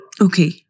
Okay